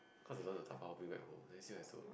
cause I don't want to da-bao bring back home then still have to